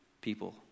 people